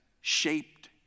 shaped